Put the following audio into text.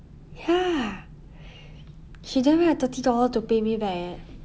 ya she don't have thirty dollar to pay me back leh